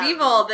Evil